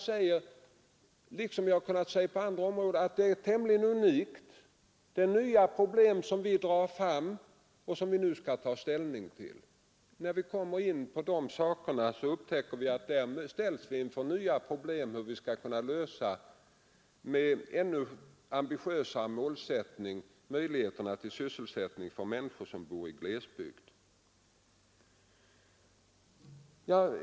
Här liksom på andra områden jag nämnt är det något unikt för vårt land att vi på detta sätt drar fram problemen för att ta ställning till dem. Vi ställs här inför nya problem när vi med en ännu mera ambitiös målsättning skall försöka skapa möjligheter till sysselsättning för de människor som bor i glesbygd.